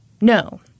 no